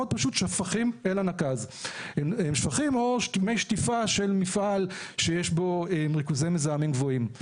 פשוט שפכים או מי שטיפה של מפעל שיש בו ריכוזי מזהמים גבוהים,